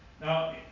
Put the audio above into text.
Now